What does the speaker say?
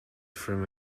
from